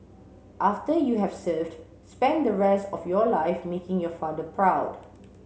after you have served spend the rest of your life making your father proud